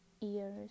ears